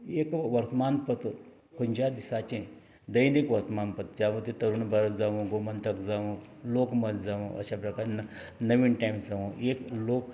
एक वर्तमानपत्र खंयच्या दिसाचें दैनीक वर्तमानपत्र जावूं तें तरूण भारत जावूं गोमंतक जावूं लोकमत जावूं अशा प्रकारे न नवहिंद टायम्स जावूं एक लोक